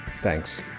Thanks